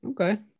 Okay